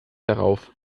darauf